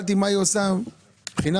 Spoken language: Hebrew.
עושים מבחינה